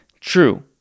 True